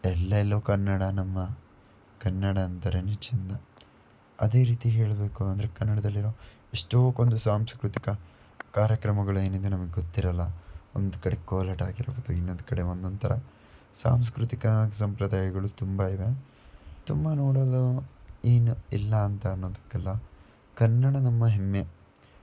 ಎಲ್ಲೆಲ್ಲೂ ಕನ್ನಡ ನಮ್ಮ ಕನ್ನಡ ಅಂದ್ರೇ ಚೆನ್ನ ಅದೇ ರೀತಿ ಹೇಳಬೇಕು ಅಂದರೆ ಕನ್ನಡದಲ್ಲಿರೋ ಎಷ್ಟಕ್ಕೊಂದು ಸಾಂಸ್ಕೃತಿಕ ಕಾರ್ಯಕ್ರಮಗಳು ಏನಿದೆ ನಮಗೆ ಗೊತ್ತಿರೋಲ್ಲ ಒಂದು ಕಡೆ ಕೋಲಾಟ ಆಗಿರ್ಬೋದು ಇನ್ನೊಂದು ಕಡೆ ಒಂದೊಂದು ಥರ ಸಾಂಸ್ಕೃತಿಕ ಸಂಪ್ರದಾಯಗಳು ತುಂಬ ಇವೆ ತುಂಬ ನೋಡಲು ಏನು ಇಲ್ಲ ಅಂತ ಅನ್ನೋದಕ್ಕಿಲ್ಲ ಕನ್ನಡ ನಮ್ಮ ಹೆಮ್ಮೆ